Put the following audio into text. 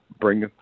bring